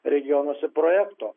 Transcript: regionuose projekto